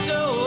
go